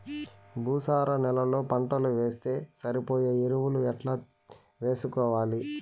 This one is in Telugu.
భూసార నేలలో పంటలు వేస్తే సరిపోయే ఎరువులు ఎట్లా వేసుకోవాలి?